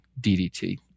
DDT